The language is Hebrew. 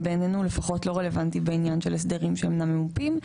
ובעיננו לא רלוונטי בעניין של הסדרים שאינם ממופים.